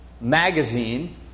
magazine